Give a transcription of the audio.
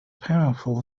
powerful